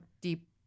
deep